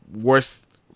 worst